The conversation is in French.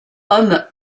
homme